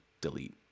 delete